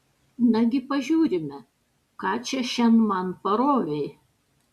nagi pažiūrime ką čia šian man parovei